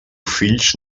fills